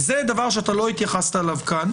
וזה דבר שאתה לא התייחסת אליו כאן,